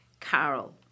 Carol